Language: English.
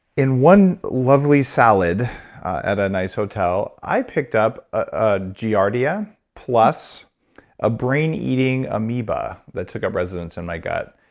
in one lovely salad at a nice hotel, i picked up ah giardia plus a brain-eating amoeba that took up residence in my gut.